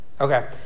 okay